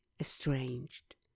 estranged